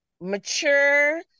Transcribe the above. mature